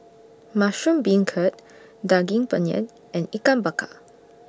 Mushroom Beancurd Daging Penyet and Ikan Bakar